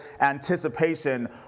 anticipation